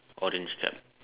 orange cap